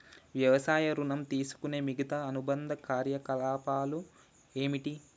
వ్యవసాయ ఋణం తీసుకునే మిగితా అనుబంధ కార్యకలాపాలు ఏమిటి?